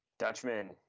Dutchman